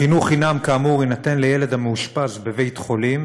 חינוך חינם כאמור יינתן לילד המאושפז בבית-חולים,